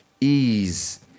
ease